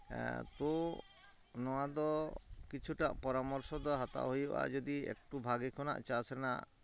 ᱮᱸᱜᱻ ᱛᱳ ᱱᱚᱣᱟᱫᱚ ᱠᱤᱪᱷᱩᱴᱟᱜ ᱯᱚᱨᱟᱢᱚᱨᱥᱚ ᱫᱚ ᱦᱟᱛᱟᱣ ᱦᱩᱭᱩᱜᱼᱟ ᱡᱩᱫᱤ ᱮᱠᱴᱩ ᱵᱷᱟᱹᱜᱤ ᱠᱷᱚᱱᱟᱜ ᱪᱟᱥ ᱨᱮᱱᱟᱜ